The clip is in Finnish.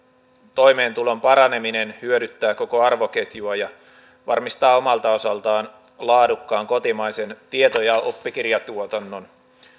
toimeentulon paraneminen hyödyttää koko arvoketjua ja varmistaa omalta osaltaan laadukkaan kotimaisen tieto ja oppikirjatuotannon